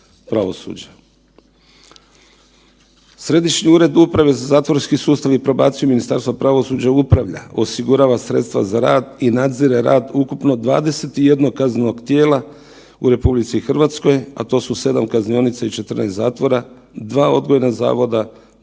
Središnji ured uprave za zatvorski sustav i probaciju Ministarstva pravosuđa upravlja, osigurava sredstva za rad i nadzire rad ukupno 21 kaznenog tijela u RH, a to su 7 kaznionica i 14 zatvora, 2 odgojna zavoda, Centar za